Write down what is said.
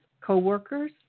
co-workers